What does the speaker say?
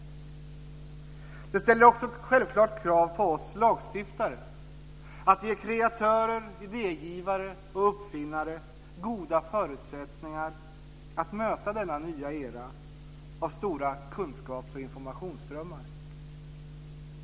Detta ställer självklart också krav på oss lagstiftare att ge kreatörer, idégivare och uppfinnare goda förutsättningar att möta denna nya era av stora kunskaps och informationsströmmar.